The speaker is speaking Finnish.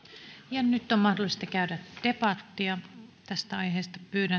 ja nyt on mahdollista käydä debattia tästä aiheesta pyydän